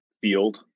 field